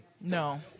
No